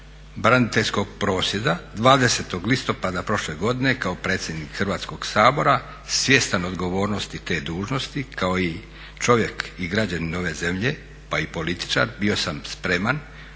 stoga početkom braniteljskog prosvjeda 20. listopada prošle godine kao predsjednik Hrvatskog sabora svjestan odgovornosti te dužnosti kao i čovjek i građanin ove zemlje, pa i političar bio sam spreman